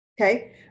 Okay